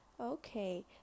Okay